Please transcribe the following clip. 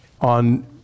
on